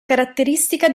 caratteristica